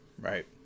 right